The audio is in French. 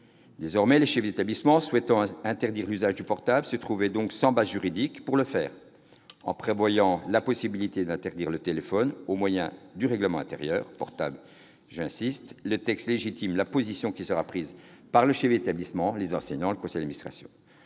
collèges. Les chefs d'établissement souhaitant interdire l'usage du portable se trouvaient donc dépourvus de base juridique pour le faire. En prévoyant la possibilité d'interdire le téléphone portable au moyen du règlement intérieur, le texte légitime la position qui sera prise par le chef d'établissement, les enseignants et le conseil d'administration.